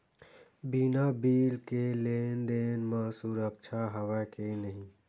बिना बिल के लेन देन म सुरक्षा हवय के नहीं?